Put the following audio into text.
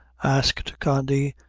asked condy.